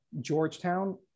Georgetown